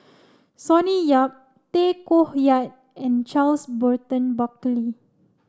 Sonny Yap Tay Koh Yat and Charles Burton Buckley